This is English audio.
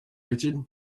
richard